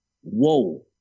Whoa